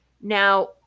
Now